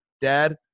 Dad